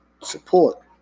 support